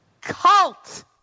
cult